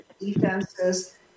defenses